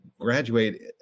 graduate